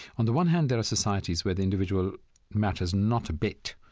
on the one hand, there are societies where the individual matters not a bit.